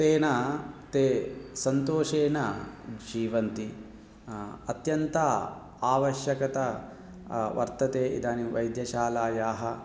तेन ते सन्तोषेण जीवन्ति अत्यन्त आवश्यकता वर्तते इदानीं वैद्यशालायाः